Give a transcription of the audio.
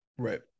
Right